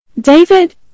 David